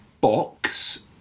box